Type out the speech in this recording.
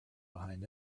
behind